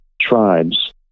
tribes